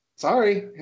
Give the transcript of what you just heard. Sorry